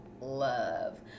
love